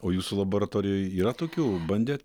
o jūsų laboratorijoj yra tokių bandėt